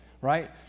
right